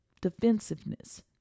defensiveness